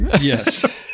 Yes